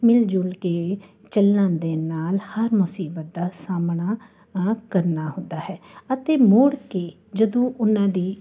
ਮਿਲ ਜੁਲ ਕੇ ਚੱਲਣ ਦੇ ਨਾਲ ਹਰ ਮੁਸੀਬਤ ਦਾ ਸਾਹਮਣਾ ਆਪ ਕਰਨਾ ਹੁੰਦਾ ਹੈ ਅਤੇ ਮੁੜ ਕੇ ਜਦੋਂ ਉਨ੍ਹਾਂ ਦੀ